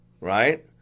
Right